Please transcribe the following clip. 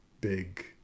big